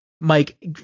Mike